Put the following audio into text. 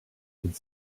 could